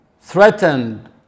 threatened